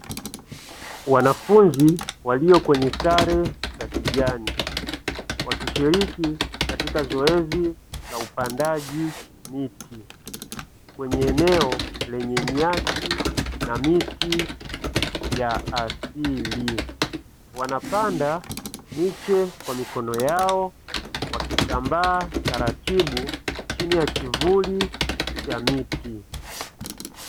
Wanafunzi walio kwenye sare za kijani, wakishiriki katika zoezi la upandaji miti kwenye eneo lenye nyasi na miti ya asili, wanapanda miche kwa mikono yao, wakisambaa taratibu chini ya kivuli cha miti.